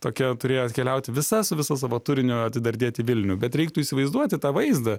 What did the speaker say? tokia turėjo atkeliauti visa su visu savo turiniu atidardėt į vilnių bet reiktų įsivaizduoti tą vaizdą